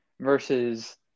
versus